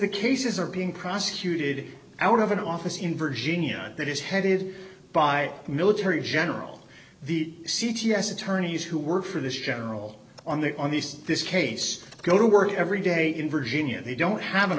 the cases are being prosecuted out of an office in virginia that is headed by military general the c t s attorneys who work for this general on the on the this case go to work every day in virginia they don't have an